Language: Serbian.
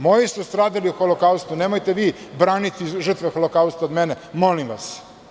Moji su stradali u holokaustu, nemojte vi braniti žrtve holokausta od mene, molim vas.